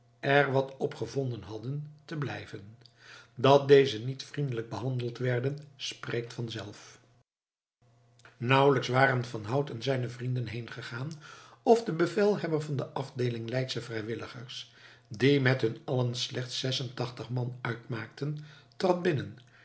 er wat op gevonden hadden te blijven dat dezen niet vriendelijk behandeld werden spreekt vanzelf nauwelijks waren van hout en zijne vrienden heengegaan of de bevelhebber van de afdeeling leidsche vrijwilligers die met hun allen slechts zesentachtig man uitmaakten trad binnen